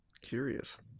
Curious